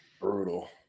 Brutal